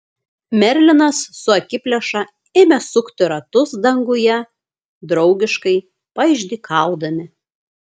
merlinas su akiplėša ėmė sukti ratus danguje draugiškai paišdykaudami